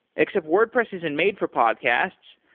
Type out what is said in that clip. except wordpress isn't made for podcasts.